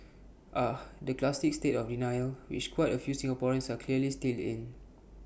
ah the classic state of denial which quite A few Singaporeans are clearly still in